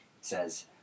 says